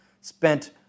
Spent